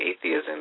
atheism